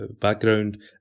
background